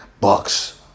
Bucks